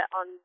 on